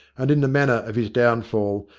and in the manner of his downfall,